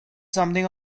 something